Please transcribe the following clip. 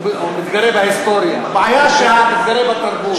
הוא מתגרה בהיסטוריה, הוא מתגרה בתרבות.